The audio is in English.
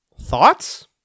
thoughts